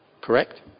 Correct